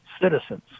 citizens